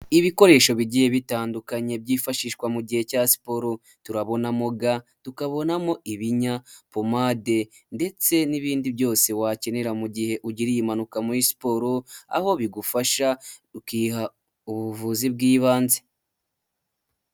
Ibikoresho bigiye bitandukanye byifashishwa mu gihe cya siporo, turabonamo ga, tukabonamo ibinya, pomade ndetse n'ibindi byose wakenera mu gihe ugiriye impanuka muri siporo, aho bigufasha ukiha ubuvuzi bw'ibanze.